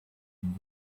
and